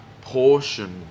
portion